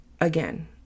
again